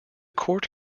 court